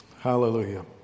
Hallelujah